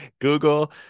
Google